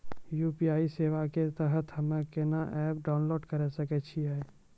UPI सेवा के तहत हम्मे केना एप्प डाउनलोड करे सकय छियै?